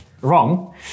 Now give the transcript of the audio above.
wrong